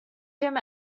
him